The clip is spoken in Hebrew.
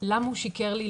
למה הוא שיקר לי,